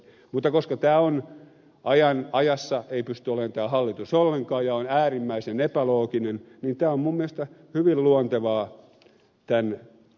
mutta koska ajassa ei pysty olemaan tämä hallitus ollenkaan ja on äärimmäisen epälooginen niin tämä on minun mielestäni hyvin luontevaa tämän hallituksen kikkailua